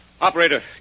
Operator